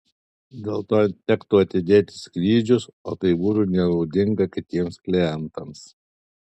dėl to tektų atidėti skrydžius o tai būtų nenaudinga kitiems klientams